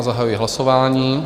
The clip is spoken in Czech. Zahajuji hlasování.